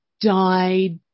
died